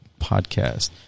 podcast